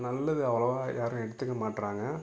நல்லது அவ்வளவாக யாரும் எடுத்துக்க மாட்றாங்க